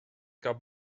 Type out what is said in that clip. gab